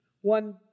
One